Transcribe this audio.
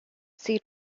see